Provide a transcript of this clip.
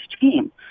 team